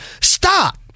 Stop